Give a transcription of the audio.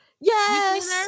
yes